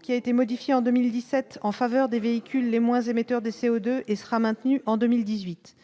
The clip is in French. qui a été modifié en 2017 en faveur des véhicules les moins émetteurs de CO2 et sera maintenue en 2018